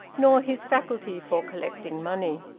nor his faculty for collecting money.